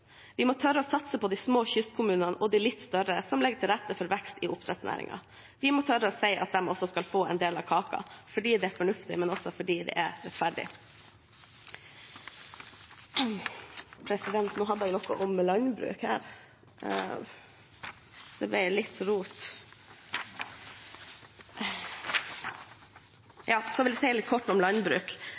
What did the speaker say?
Vi må tørre å satse på de små kystkommunene, og de litt større, som legger til rette for vekst i oppdrettsnæringen. Vi må tørre å si at de også skal få en del av kaka – fordi det er fornuftig, men også fordi det er rettferdig. Så vil jeg si litt om landbruk.